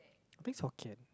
I think it's Hokkien